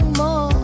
more